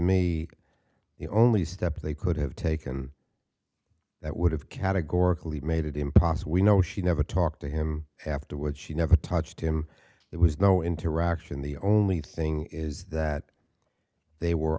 me the only step they could have taken that would have categorically made it impossible we know she never talked to him afterwards she never touched him there was no interaction the only thing is that they were